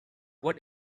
what